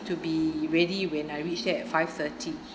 to be ready when I reach there at five thirty